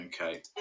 Okay